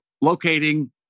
locating